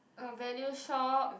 a value shop